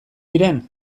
diren